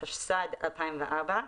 התשס"ד-2004,